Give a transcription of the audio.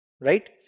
Right